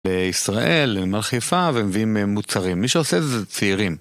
בישראל, נמל חיפה והם מביאים מוצרים, מי שעושה את זה זה צעירים.